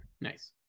nice